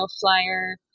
Flyer